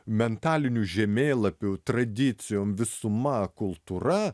mentaliniu žemėlapiu tradicijom visuma kultūra